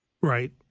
Right